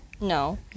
No